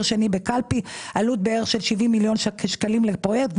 שני בקלפי היא כ-70 מיליון שקלים לפרויקט.